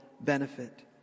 benefit